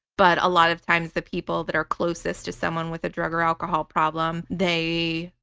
but a lot of times the people that are closest to someone with a drug or alcohol problem they